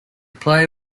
play